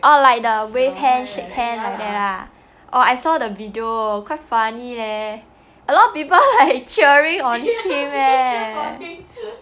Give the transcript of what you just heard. oh like the wave hand shake hand like that lah oh I saw the video quite funny leh a lot of people like cheering on him leh